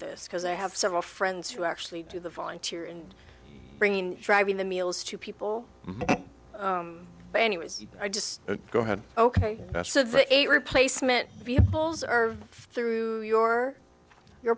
this because i have several friends who actually do the volunteer and bring in driving the meals to people but anyway i just go ahead ok so the eight replacement vehicles are through your your